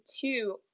two